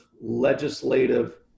legislative